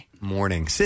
morning